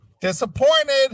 Disappointed